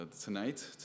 tonight